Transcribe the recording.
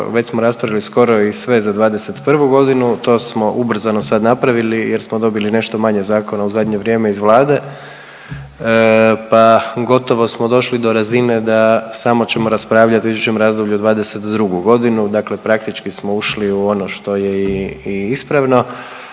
već smo raspravili skoro i sve za '21. to smo ubrzano sad napravili jer smo dobili nešto manje zakona u zadnje vrijeme iz Vlade pa gotovo smo došli do razine da samo ćemo raspravljati u idućem razdoblju '22.g. dakle praktički smo ušli u ono što je i ispravno.